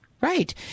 Right